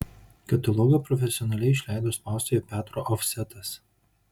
katalogą profesionaliai išleido spaustuvė petro ofsetas